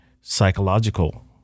psychological